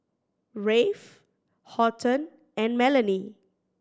Rafe Horton and Melany